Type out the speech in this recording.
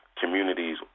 communities